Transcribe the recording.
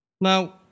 Now